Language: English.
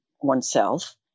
oneself